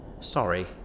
Sorry